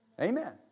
Amen